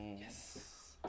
yes